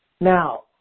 Now